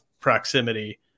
proximity